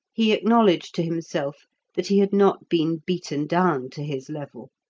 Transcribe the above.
he acknowledged to himself that he had not been beaten down to his level.